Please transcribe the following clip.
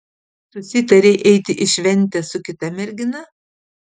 susitarei eiti į šventę su kita mergina